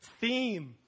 theme